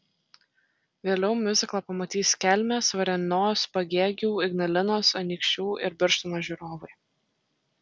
vėliau miuziklą pamatys kelmės varėnos pagėgių ignalinos anykščių ir birštono žiūrovai